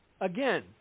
Again